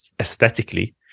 aesthetically